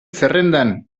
zerrendan